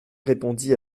répondit